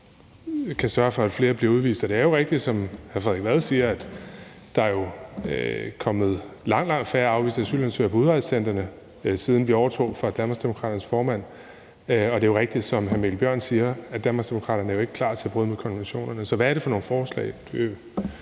kan sørge for, at flere bliver udvist. Og det er jo rigtigt, som hr. Frederik Vad siger, at der er kommet langt, langt færre afviste asylansøgere på udrejsecentrene, siden vi overtog fra Danmarksdemokraternes formand. Og det er rigtigt, som hr. Mikkel Bjørn siger, at Danmarksdemokraterne jo ikke er klar til at bryde med konventionerne, så hvad er det for nogle forslag? Hr.